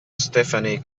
stephanie